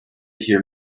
hear